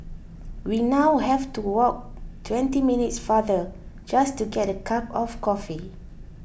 we now have to walk twenty minutes farther just to get a cup of coffee